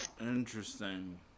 interesting